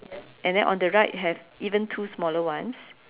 and then on the right have even two smaller ones